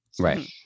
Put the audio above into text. right